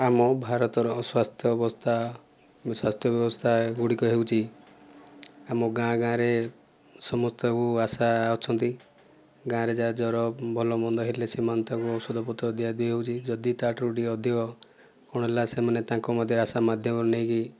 ଆମ ଭାରତର ସ୍ୱାସ୍ଥ୍ୟ ଅବସ୍ଥା ସ୍ୱାସ୍ଥ୍ୟ ବ୍ୟବସ୍ଥା ଗୁଡ଼ିକ ହେଉଛି ଆମ ଗାଁ ଗାଁରେ ସମସ୍ତଙ୍କୁ ଆଶା ଅଛନ୍ତି ଗାଁ ରେ ଯାହାର ଜର ଭଲ ମନ୍ଦ ହେଲେ ସେମାନେ ତାକୁ ଔଷଧ ପତ୍ର ଦିଆଦେଇ ହେଉଛି ଯଦି ତା'ଠାରୁ ଟିକେ ଅଧିକ କ'ଣ ହେଲା ସେମାନେ ତାଙ୍କ ମାଧ୍ୟମରେ ଆଶା ମାଧ୍ୟମରେ ନେଇକି